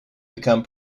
become